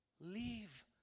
leave